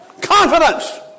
Confidence